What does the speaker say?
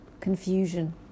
confusion